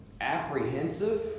apprehensive